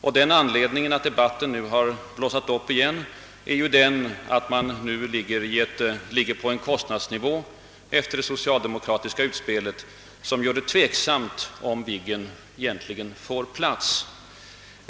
Anledningen till att debatten har blossat upp igen är den, att vi nu efter det socialdemokratiska utspelet ligger på en kostnadsnivå som gör det tveksamt huruvida Viggen verkligen får plats.